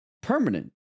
Permanent